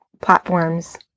platforms